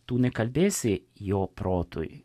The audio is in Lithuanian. tu nekalbėsi jo protui